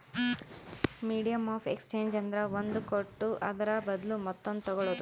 medium of exchange ಅಂದ್ರ ಒಂದ್ ಕೊಟ್ಟು ಅದುರ ಬದ್ಲು ಮತ್ತೊಂದು ತಗೋಳದ್